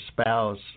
spouse